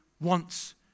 wants